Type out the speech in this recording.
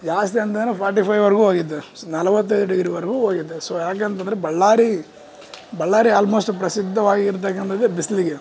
ಜಾಸ್ತಿ ಅಂತಂದ್ರೆ ಫಾರ್ಟಿ ಫೈವ್ವರೆಗು ಹೋಗಿತ್ತು ನಲವತ್ತೈದು ಡಿಗ್ರಿವರೆಗು ಹೋಗಿತ್ತು ಸೋ ಯಾಕಂತಂದ್ರೆ ಬಳ್ಳಾರಿ ಬಳ್ಳಾರಿ ಆಲ್ಮೋಸ್ಟ್ ಪ್ರಸಿದ್ಧವಾಗಿರ್ತಕಂಥದ್ದೇ ಬಿಸಿಲಿಗೆ